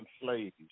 slaves